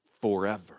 forever